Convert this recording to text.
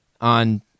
on